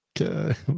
Okay